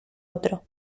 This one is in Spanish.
otro